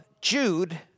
Jude